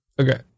Okay